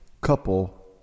couple